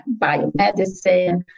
biomedicine